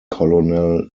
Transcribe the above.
colonel